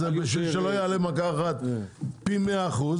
כדי שלא יעלה במכה אחת פי מאה אחוז,